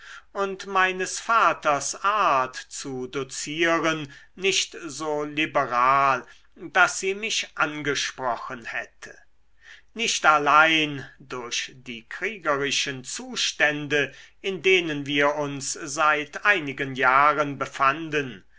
und meines vaters art zu dozieren nicht so liberal daß sie mich angesprochen hätte nicht allein durch die kriegerischen zustände in denen wir uns seit einigen jahren befanden